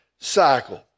cycle